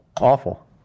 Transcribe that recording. Awful